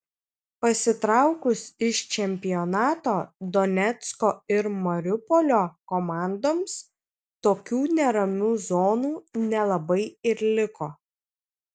pasitraukus iš čempionato donecko ir mariupolio komandoms tokių neramių zonų nelabai ir liko